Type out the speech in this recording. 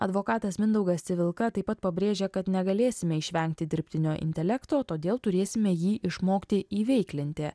advokatas mindaugas civilka taip pat pabrėžė kad negalėsime išvengti dirbtinio intelekto todėl turėsime jį išmokti įveiklinti